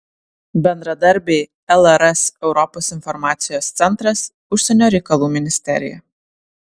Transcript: bendradarbiai lrs europos informacijos centras užsienio reikalų ministerija